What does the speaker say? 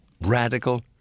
radical